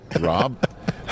Rob